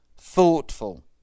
thoughtful